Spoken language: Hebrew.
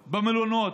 במלונות,